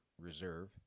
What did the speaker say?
Reserve